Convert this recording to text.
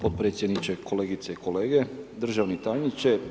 Potpredsjedniče, kolegice i kolege, državni tajniče.